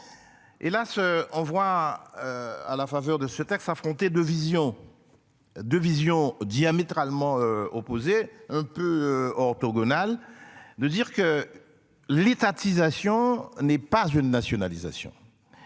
Est là s'envoie. À la faveur de ce texte affronter deux visions. 2 visions diamétralement opposées, un peu orthogonal de dire que. L'étatisation n'est pas une nationalisation.